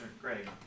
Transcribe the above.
Great